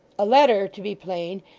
a letter, to be plain,